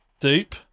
Dupe